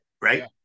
right